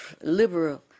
liberal